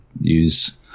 use